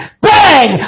bang